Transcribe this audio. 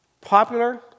Popular